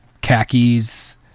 khakis